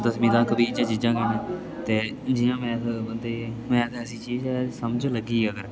दसमीं तक बी इयै चीजां गै न ते जियां मैथ बंदें ऐ मैथ ऐसी चीज ऐ समझ लग्गी अगर